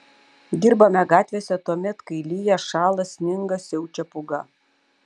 dirbame gatvėse tuomet kai lyja šąla sninga siaučia pūga